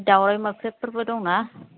बे दाउराइ मोख्रेबफोरबो दं ना